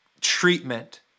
treatment